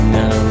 no